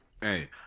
Hey